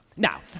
Now